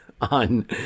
on